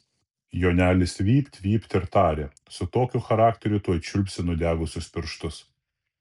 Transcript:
jonelis vypt vypt ir tarė su tokiu charakteriu tuoj čiulpsi nudegusius pirštus